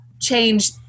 change